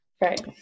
Right